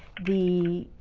the